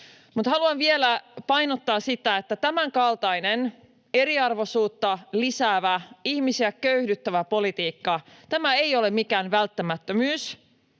haluan vielä painottaa sitä, että tämän kaltainen eriarvoisuutta lisäävä, ihmisiä köyhdyttävä politiikka ei ole mikään välttämättömyys,